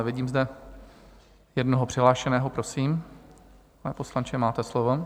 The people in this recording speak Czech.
Vidím zde jednoho přihlášeného, prosím, pane poslanče, máte slovo.